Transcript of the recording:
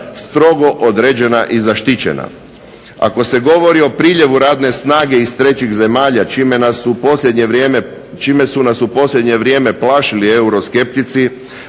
strogo određena i zaštićena. Ako se govori o priljevu radne snage iz trećih zemalja čime nas su u posljednje vrijeme plašili euroskeptici